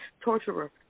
torturer